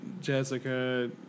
Jessica